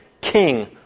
King